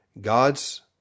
God's